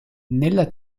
nella